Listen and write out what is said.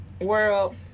world